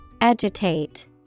Agitate